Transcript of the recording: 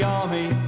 army